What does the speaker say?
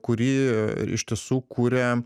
kurį ištiesų kuria